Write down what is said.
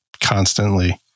constantly